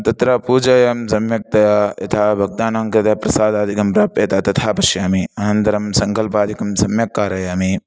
तत्र पूजया सम्यक्तया यथा भक्तानां कृते प्रसादादिकं प्राप्येत् तथा पश्यामि अनन्तरं सङ्कल्पादिकं सम्यक् कारयामि